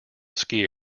ski